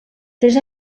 tres